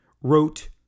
wrote